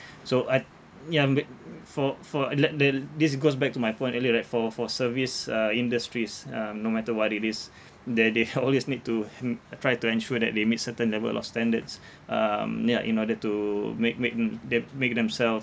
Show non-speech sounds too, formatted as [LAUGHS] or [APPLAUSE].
so I'd ya but for for like the this goes back to my point earlier right for for service uh industries um no matter what it is they they ha~ always [LAUGHS] need to hmm try to ensure that they meet certain level of standards um ya in order to make make mm them~ make themselves